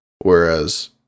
whereas